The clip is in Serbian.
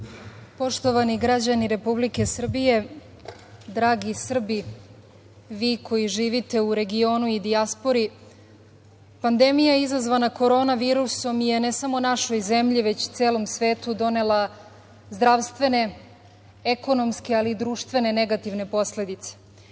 Poštovani građani Republike Srbije, dragi Srbi, vi koji živite u regionu i dijaspori, pandemija izazvana korona virusom je, ne samo našoj zemlji, već celom svetu donela zdravstvene, ekonomske, ali i društvene negativne posledice.